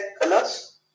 colors